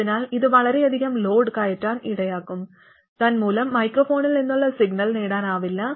അതിനാൽ ഇത് വളരെയധികം ലോഡ് കയറ്റാൻ ഇടയാക്കും തന്മൂലം മൈക്രോഫോണിൽ നിന്നുള്ള സിഗ്നൽ നേടാനാവില്ല